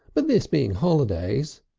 but this being holidays